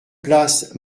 place